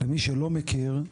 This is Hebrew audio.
למי שלא מכיר,